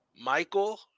Michael